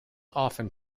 often